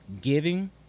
giving